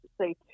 say